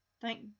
Thank